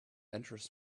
enters